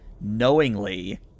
knowingly